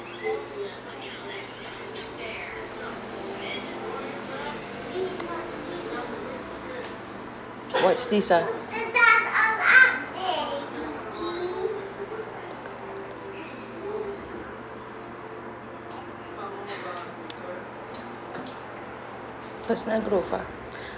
what's this ah personal growth ah